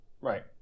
Right